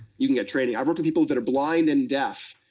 you can get training. i've worked with people that are blind and deaf,